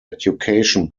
education